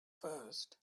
first